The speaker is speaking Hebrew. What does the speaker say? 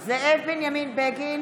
זאב בנימין בגין,